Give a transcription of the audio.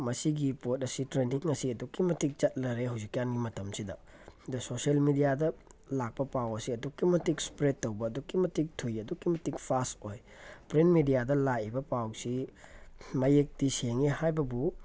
ꯃꯁꯤꯒꯤ ꯄꯣꯠ ꯑꯁꯤ ꯇ꯭ꯔꯦꯟꯗꯤꯡ ꯑꯁꯤ ꯑꯗꯨꯛꯀꯤ ꯃꯇꯤꯛ ꯆꯠꯅꯔꯦ ꯍꯧꯖꯤꯛ ꯀꯥꯟꯒꯤ ꯃꯇꯝꯁꯤꯗ ꯑꯗꯣ ꯁꯣꯁꯤꯌꯦꯜ ꯃꯦꯗꯤꯌꯥꯗ ꯂꯥꯛꯄ ꯄꯥꯎ ꯑꯁꯤ ꯑꯗꯨꯛꯀꯤ ꯃꯇꯤꯛ ꯏꯁꯄ꯭ꯔꯦꯠ ꯇꯧꯕ ꯑꯗꯨꯛꯀꯤ ꯃꯇꯤꯛ ꯊꯨꯏ ꯑꯗꯨꯛꯀꯤ ꯃꯇꯤꯛ ꯐꯥꯁ ꯑꯣꯏ ꯄ꯭ꯔꯤꯟ ꯃꯦꯗꯤꯌꯥꯗ ꯂꯥꯛꯏꯕ ꯄꯥꯎꯁꯤ ꯃꯌꯦꯛꯇꯤ ꯁꯦꯡꯉꯤ ꯍꯥꯏꯕꯕꯨ